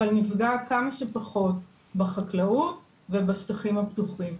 אבל נפגע כמה שפחות בחקלאות ובשטחים פתוחים,